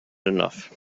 enough